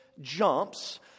jumps